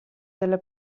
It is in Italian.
della